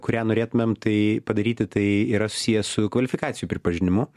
kurią norėtumėm tai padaryti tai yra susiję su kvalifikacijų pripažinimu